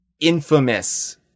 infamous